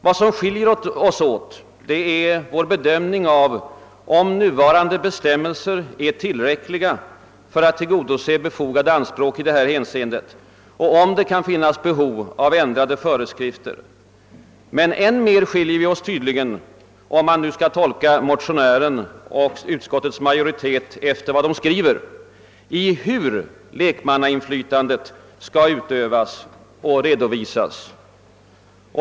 Vad som skiljer oss åt är vår bedömning av om nuvarande bestämmelser är tillräckliga för att tillgodose befogade anspråk i det här hänseendet och om det kan finnas behov av ändrade föreskrifter. Men än mera skiljer vi oss tydligen — om man nu skall tolka motio nären och utskottets majoritet efter vad de skriver — när det gäller frågan om hur lekmannainflytandet skall utövas och redovisas.